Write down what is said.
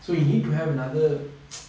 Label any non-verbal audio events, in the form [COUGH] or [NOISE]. so you need to have another [NOISE]